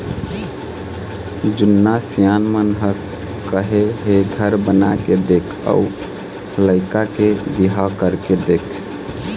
जुन्ना सियान मन ह कहे हे घर बनाके देख अउ लइका के बिहाव करके देख